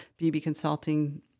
bbconsulting